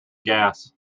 gas